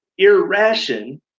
irration